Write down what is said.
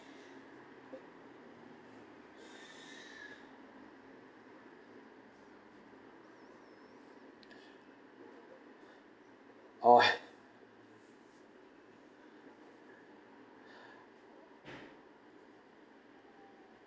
orh